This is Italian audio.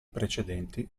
precedenti